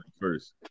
first